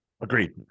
Agreed